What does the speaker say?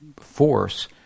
force